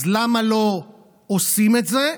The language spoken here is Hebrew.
אז למה לא עושים את זה?